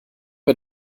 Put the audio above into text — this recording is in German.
wir